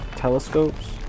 telescopes